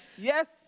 Yes